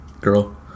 girl